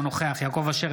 אינו נוכח יעקב אשר,